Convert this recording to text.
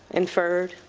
inferred?